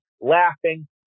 laughing